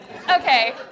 Okay